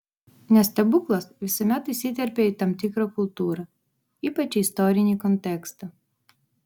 nes stebuklas visuomet įsiterpia į tam tikrą kultūrą ypač į istorinį kontekstą